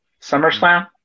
SummerSlam